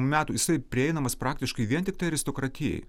metų jisai prieinamas praktiškai vien tiktai aristokratijai